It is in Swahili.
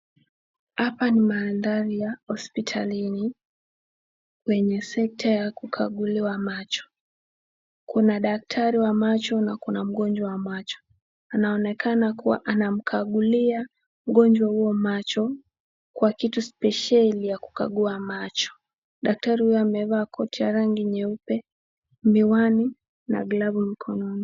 Hapa ni mandhari ya hospitalini kwenye sekta ya kukaguliwa macho. Kuna daktari wa macho na kuna mgonjwa wa macho. Anaonekana kuwa anamkagulia mgonjwa huyo macho kwa kitu spesheli ya kukagua macho. Daktari huyu amevaa koti ya rangi nyeupe, miwani na glavu mikononi.